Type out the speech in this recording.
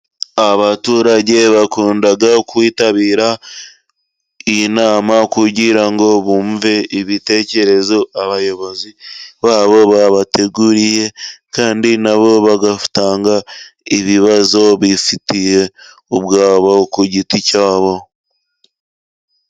Aba baturage bakunda kwitabira iyi nama, kugira ngo bumve ibitekerezo abayobozi babo babateguriye ,kandi nabo batanga ibibazo bifitiye ubwabo ku giti cyabo.